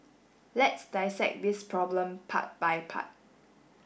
let's dissect this problem part by part